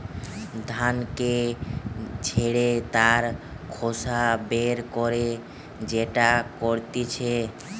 ধানকে ঝেড়ে তার খোসা বের করে যেটা করতিছে